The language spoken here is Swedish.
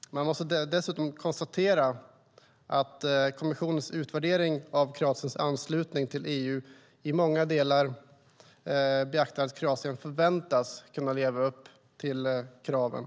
Man måste dessutom konstatera att kommissionens utvärdering av Kroatiens anslutning till EU i många delar beaktar att Kroatien förväntas kunna leva upp till kraven.